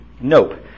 Nope